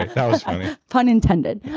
that was funny pun intended.